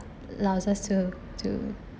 allows us to to